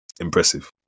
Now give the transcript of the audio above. impressive